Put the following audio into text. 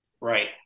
right